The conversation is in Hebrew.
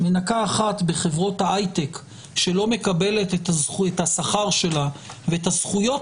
בחברות ההיי-טק שלא מקבלת את השכר שלה ואת הזכויות